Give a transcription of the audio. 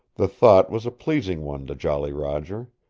the thought was a pleasing one to jolly roger.